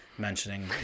mentioning